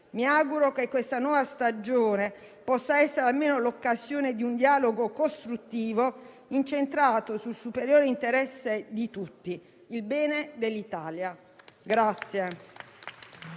Mi auguro che questa nuova stagione possa essere almeno l'occasione di un dialogo costruttivo incentrato sul superiore interesse di tutti: il bene dell'Italia.